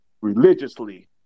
religiously